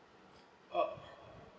oh